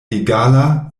egala